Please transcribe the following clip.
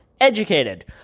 Educated